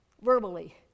verbally